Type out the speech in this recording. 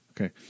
Okay